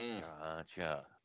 Gotcha